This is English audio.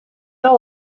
all